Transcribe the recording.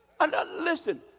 Listen